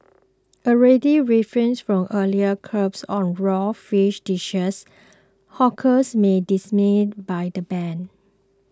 already reeling from earlier curbs on raw fish dishes hawkers may dismayed by the ban